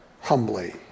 humbly